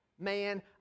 Man